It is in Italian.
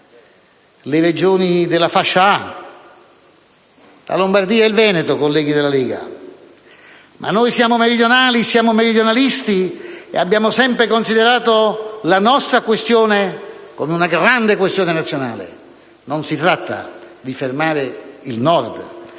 le Regioni della fascia A. La Lombardia e il Veneto, colleghi della Lega. Ma noi siamo meridionali, meridionalisti, e abbiamo sempre considerato la nostra come una grande questione nazionale: non si tratta di fermare il Nord,